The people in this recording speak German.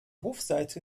hofseite